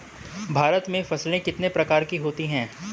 भारत में फसलें कितने प्रकार की होती हैं?